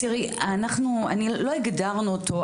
לא הגדרנו אותו,